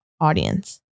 audience